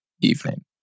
evening